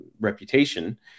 reputation